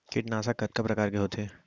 कीटनाशक कतका प्रकार के होथे?